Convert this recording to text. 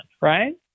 right